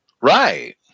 Right